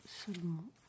seulement